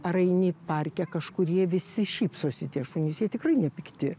ar eini parke kažkur jie visi šypsosi tie šunys jie tikrai ne pikti